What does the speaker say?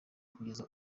kugeza